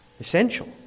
Essential